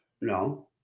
No